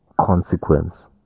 consequence